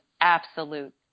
absolute